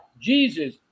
Jesus